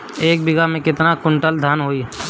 एक बीगहा में केतना कुंटल धान होई?